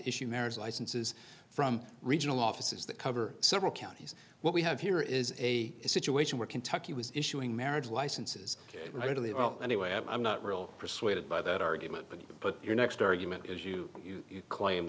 issue marriage licenses from regional offices that cover several counties what we have here is a situation where kentucky was issuing marriage licenses really well anyway i'm not real persuaded by that argument but you put your next argument is you claim